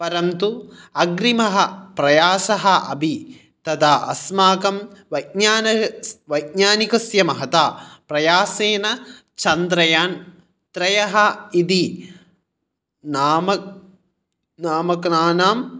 परन्तु अग्रिमः प्रयासः अपि तदा अस्माकं वैज्ञान वैज्ञानिकस्य महता प्रयासेन चन्द्रयान् त्रयः इति नाम नामकानां